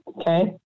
Okay